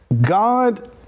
God